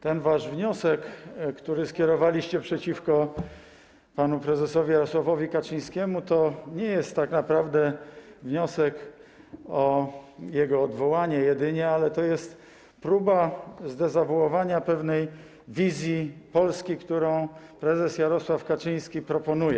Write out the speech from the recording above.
Ten wasz wniosek, który skierowaliście przeciwko panu prezesowi Jarosławowi Kaczyńskiemu, to nie jest tak naprawdę wniosek o jego odwołanie jedynie, ale to jest próba zdezawuowania pewnej wizji Polski, którą prezes Jarosław Kaczyński proponuje.